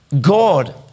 God